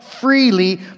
freely